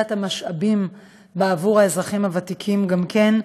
את המשאבים בעבור האזרחים הוותיקים גם כן,